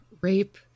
rape